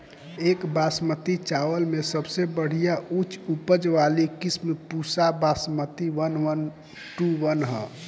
एक बासमती चावल में सबसे बढ़िया उच्च उपज वाली किस्म Pusa Basmati one one two one ह?